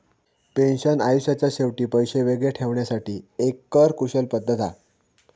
pension आयुष्याच्या शेवटी पैशे वेगळे ठेवण्यासाठी एक कर कुशल पद्धत हा